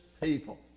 people